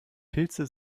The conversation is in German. pilze